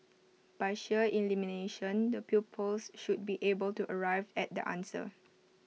by sheer elimination the pupils should be able to arrive at the answer